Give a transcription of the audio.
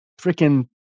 freaking